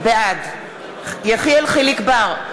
בעד יחיאל חיליק בר,